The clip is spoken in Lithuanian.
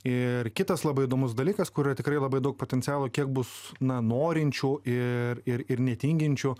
ir kitas labai įdomus dalykas kurio tikrai labai daug potencialo kiek bus na norinčių ir ir ir netinginčių